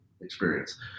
experience